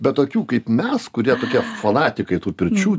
bet tokių kaip mes kurie tokie fanatikai tų pirčių